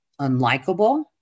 unlikable